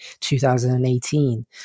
2018